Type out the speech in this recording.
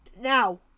now